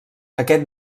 aquest